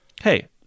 hey